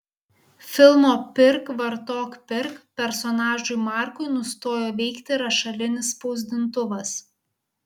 filmo pirk vartok pirk personažui markui nustojo veikti rašalinis spausdintuvas